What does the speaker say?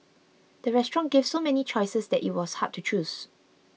the restaurant gave so many choices that it was hard to choose